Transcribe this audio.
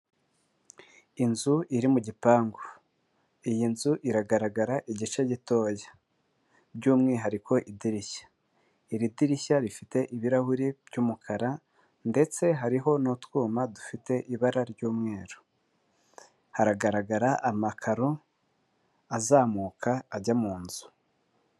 Inzu iri mu gipangu. Iyi nzu iragaragara igice gitoya. By'umwihariko idirishya. Iri dirishya rifite ibirahuri by'umukara, ndetse hariho n'utwuma dufite ibara ry'umweru. Haragaragara amakaro azamuka ajya mu nzu.